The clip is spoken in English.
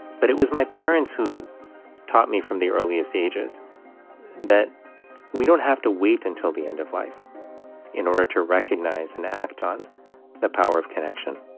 but it was my parents who taught me from the earliest ages that we don't have to wait until the end of life in order to recognize and act on the power of connection